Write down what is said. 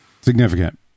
significant